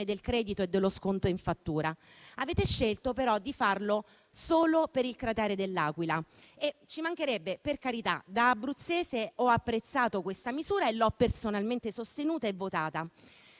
del credito e dello sconto in fattura. Avete scelto, però, di farlo solo per il cratere dell'Aquila. Ci mancherebbe, per carità, da abruzzese ho apprezzato questa misura e personalmente l'ho sostenuta e votata;